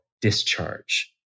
discharge